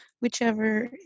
whichever